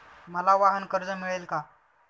मला वाहनकर्ज मिळेल का?